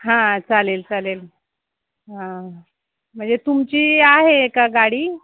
हां चालेल चालेल हां म्हणजे तुमची आहे का गाडी